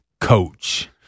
coach